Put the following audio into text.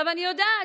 אני יודעת.